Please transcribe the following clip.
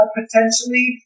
potentially